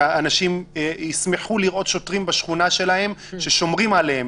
שהאנשים ישמחו לראות שוטרים בשכונה שלהם ששומרים עליהם.